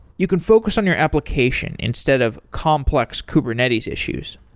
you can focus on your application instead of complex kubernetes issues.